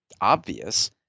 obvious